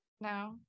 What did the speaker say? No